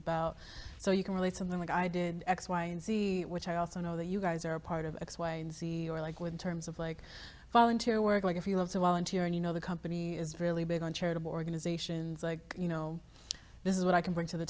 about so you can relate something like i did x y and z which i also know that you guys are a part of x y z or like with terms of like volunteer work like if you love the volunteer and you know the company is really big on charitable organizations like you know this is what i can bring to the